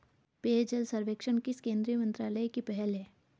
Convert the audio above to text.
पेयजल सर्वेक्षण किस केंद्रीय मंत्रालय की पहल है?